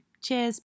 Cheers